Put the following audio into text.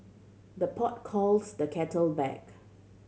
the pot calls the kettle black